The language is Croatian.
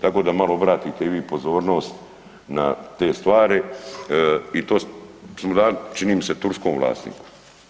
Tako da malo obratite i vi pozornost na te stvari i to čini mi se turskom vlasniku.